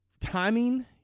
Timing